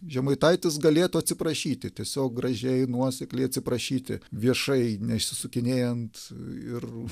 žemaitaitis galėtų atsiprašyti tiesiog gražiai nuosekliai atsiprašyti viešai ne išsisukinėjant ir